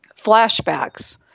flashbacks